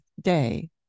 day